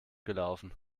gelaufen